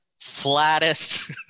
flattest